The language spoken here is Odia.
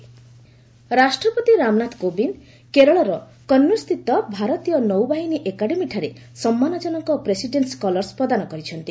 ପ୍ରେକ୍ ଭିଜିଟ୍ ରାଷ୍ଟ୍ରପତି ରାମନାଥ କୋବିନ୍ଦ କେରଳର କନ୍ନର୍ସ୍ଥିତ ଭାରତୀୟ ନୌବାହିନୀ ଏକାଡେମୀଠାରେ ସମ୍ମାନଜନକ ପ୍ରେସିଡେଣ୍ଟସ୍ କଲର୍ସ ପ୍ରଦାନ କରିଛନ୍ତି